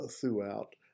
throughout